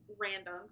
random